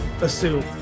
assume